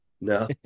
no